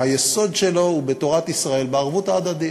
שהיסוד שלו הוא בתורת ישראל, בערבות ההדדית.